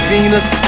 Venus